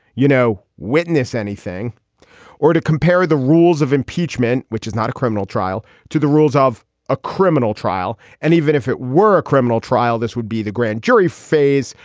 you know, witness anything or to compare the rules of impeachment, which is not a criminal trial to the rules of a criminal trial. and even if it were a criminal trial, this would be the grand jury phase,